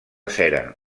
cera